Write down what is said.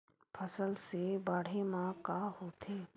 फसल से बाढ़े म का होथे?